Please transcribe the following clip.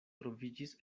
troviĝis